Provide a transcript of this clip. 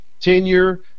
tenure